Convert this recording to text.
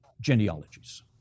genealogies